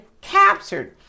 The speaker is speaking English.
captured